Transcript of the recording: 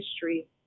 history